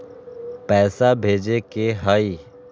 पैसा भेजे के हाइ?